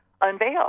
unveiled